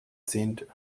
zehnte